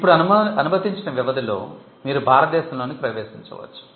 ఇప్పుడు అనుమతించిన వ్యవధిలో మీరు భారతదేశంలోకి ప్రవేశించవచ్చు